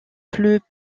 plus